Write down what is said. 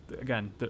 again